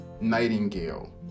Nightingale